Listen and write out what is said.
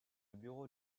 bureau